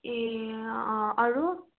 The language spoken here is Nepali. ए अँ अरू